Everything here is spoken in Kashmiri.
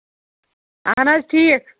اہن حظ ٹھیٖک